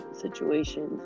situations